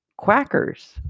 Quackers